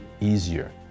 easier